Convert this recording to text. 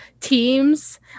teams